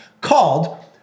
called